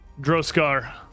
Droskar